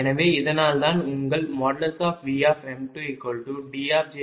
எனவே அதனால்தான் உங்கள் Vm2Djj Ajj12